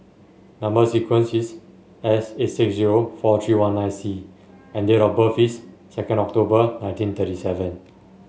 number sequence is S eight six zero four three one nine C and date of birth is second October nineteen thirty seven